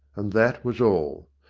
and that was all.